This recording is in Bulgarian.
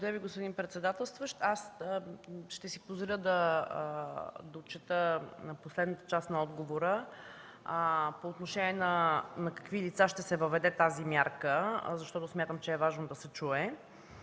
Ви, господин председателстващ. Ще си позволя да дочета последната част на отговора по отношение на какви лица ще се въведе тази мярка, защото смятам, че е важно да се чуе.